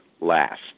last